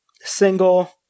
Single